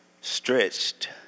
stretched